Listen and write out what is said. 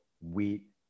wheat